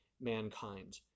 mankind